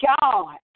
God